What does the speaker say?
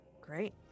Great